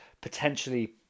potentially